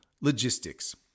logistics